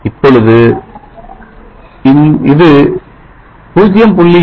இப்பொழுது இது 0